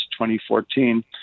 2014